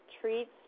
treats